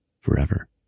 forever